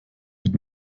mit